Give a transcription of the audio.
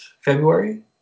February